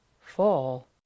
fall